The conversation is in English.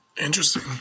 Interesting